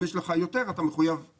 אם יש לך יותר, אתה מחויב בדיווח.